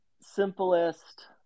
simplest